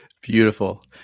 Beautiful